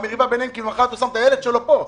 הילדים של שנה שעברה ולתת להם כהמשך.